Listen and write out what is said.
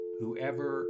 Whoever